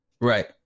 Right